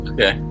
Okay